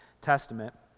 testament